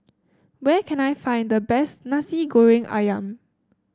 where can I find the best Nasi Goreng ayam